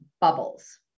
bubbles